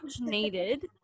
needed